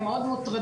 הם מאוד מוטרדים,